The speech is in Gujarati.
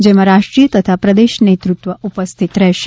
જેમાં રાષ્ટ્રીય તથા પ્રદેશ નેતૃત્વ ઉપસ્થિત રહેશે